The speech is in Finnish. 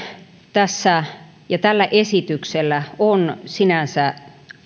tässä ja tällä esityksellä on sinänsä